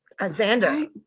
xander